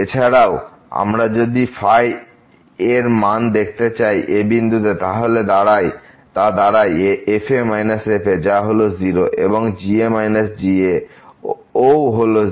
এছাড়াও আমরা যদি এর মান দেখতে চাই a বিন্দুতে তাহলে তা দাঁড়ায় f a f যা হলো 0 এবং g a g ও হল 0